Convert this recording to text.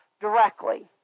directly